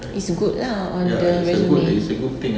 it's good lah on the resume